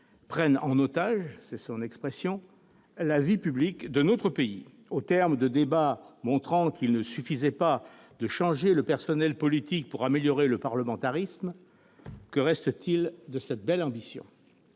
prennent en otage » la vie publique de notre pays. Au terme de débats montrant qu'il ne suffisait pas de changer le personnel politique pour améliorer le parlementarisme, que reste-t-il de cette belle ambition ?